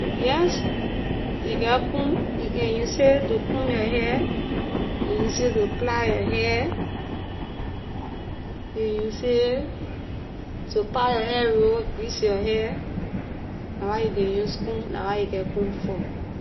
Yes! Ley geh comb, you can use it to comb yor hair- you use it to plait yor hair. You use it to part yor hair- roll, grease your hair, dah why ley can use comb, dah why ley geh comb for.